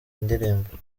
ndirimbo